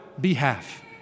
behalf